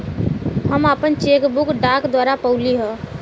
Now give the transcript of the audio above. हम आपन cheque book डाक द्वारा पउली है